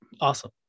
Awesome